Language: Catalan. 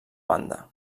banda